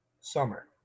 summer